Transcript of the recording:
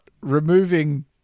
removing